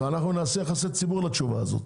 ואנחנו נעשה יחסי ציבור לתשובה שלו,